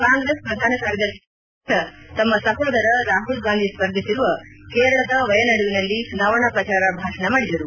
ಕಾಂಗ್ರೆಸ್ ಪ್ರಧಾನ ಕಾರ್ಯದರ್ಶಿ ಪ್ರಿಯಾಂಕಾ ಗಾಂಧಿ ವಾದ್ರಾ ತಮ್ಮ ಸಹೋದರ ರಾಹುಲ್ ಗಾಂಧಿ ಸ್ಪರ್ಧಿಸಿರುವ ಕೇರಳದ ವಯನಾಡುವಿನಲ್ಲಿ ಚುನಾವಣಾ ಪ್ರಚಾರ ಭಾಷಣ ಮಾಡಿದರು